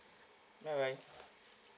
bye bye